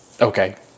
Okay